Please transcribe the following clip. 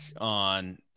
on